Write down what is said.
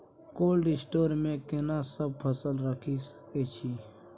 Cold store मे केना सब फसल रखि सकय छी?